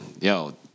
yo